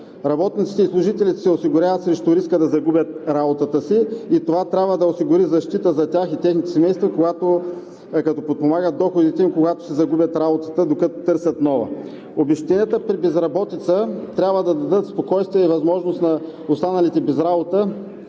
Работниците и служителите се осигуряват срещу риска да загубят работата си и това трябва да осигури защита за тях и техните семейства, като подпомагат доходите им, когато си загубят работата и докато търсят нова. Обезщетенията при безработица трябва да дадат спокойствие и възможност на останалите без работа